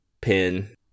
pin